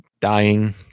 Dying